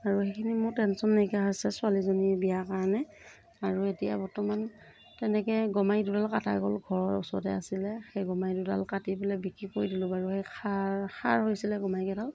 আৰু সেইখিনি মোৰ টেনশ্যন নাইকিয়া হৈছে ছোৱালীজনীৰ বিয়াৰ কাৰণে আৰু এতিয়া বৰ্তমান তেনেকৈ গমাৰি দুডাল কটা গ'ল ঘৰৰ ওচৰতে আছিলে সেই গমাৰি দুডাল কাটি পেলাই বিক্ৰী কৰি দিলোঁ বাৰু সেই খাৰ হৈছিলে গমাৰি দুডাল